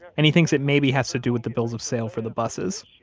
and he thinks it maybe has to do with the bills of sale for the buses.